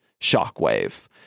shockwave